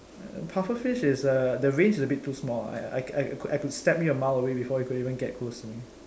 puffer fish is err the range is a bit too small I I I could I could stab you a mile away before you could even get close to me